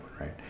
right